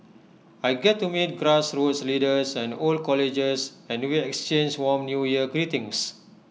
I get to meet grassroots leaders and old colleges and we exchange warm New Year greetings